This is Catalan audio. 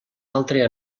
altre